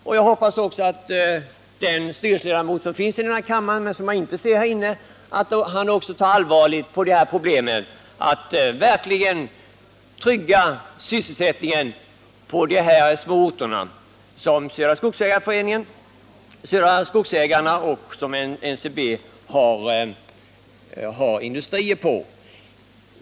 Och jag hoppas att den styrelseledamot som även är ledamot av denna kammare, men som jag inte kan se här inne nu, verkligen tar de sysselsättningsproblem på allvar som finns i de här små orterna, där Södra Skogsägarna har industrier.